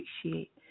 appreciate